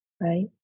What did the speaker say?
Right